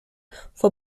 fue